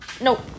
Nope